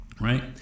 right